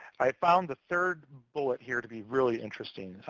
i found the third bullet here to be really interesting.